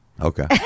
Okay